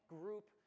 group